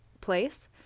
place